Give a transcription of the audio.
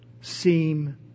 seem